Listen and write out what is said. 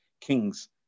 kings